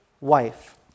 wife